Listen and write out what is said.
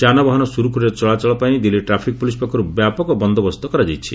ଯାନବାହନ ସୁରୁଖୁରୁରେ ଚଳାଚଳପାଇଁ ଦିଲ୍ଲୀ ଟ୍ରାଫିକ୍ ପୁଲିସ୍ ପକ୍ଷରୁ ବ୍ୟାପକ ବନ୍ଦୋବସ୍ତ କରାଯାଇଛି